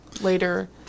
later